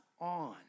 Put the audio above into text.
on